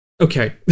okay